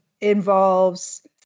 involves